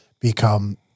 become